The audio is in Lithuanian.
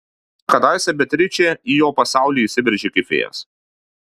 kadaise beatričė į jo pasaulį įsiveržė kaip vėjas